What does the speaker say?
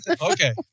Okay